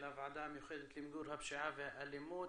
הוועדה המיוחדת למיגור הפשיעה והאלימות,